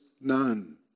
none